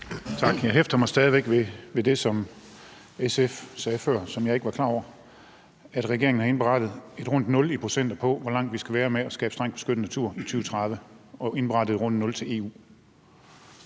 Tak. Jeg hæfter mig stadig væk ved det, som SF sagde før, og som jeg ikke var klar over, nemlig at regeringen har indberettet et rundt nul i procenter på, hvor langt vi skal være med at skabe strengt beskyttet natur i 2030. Man har altså indberettet et rundt nul til EU.